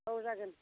औ जागोन